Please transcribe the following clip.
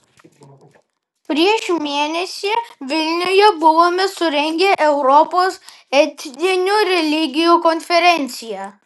prieš mėnesį vilniuje buvome surengę europos etninių religijų konferenciją